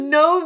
no